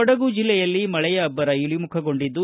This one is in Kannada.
ಕೊಡಗು ಜಿಲ್ಲೆಯಲ್ಲಿ ಮಳೆಯ ಅಬ್ಬರ ಇಳಿಮುಖಗೊಂಡಿದ್ದು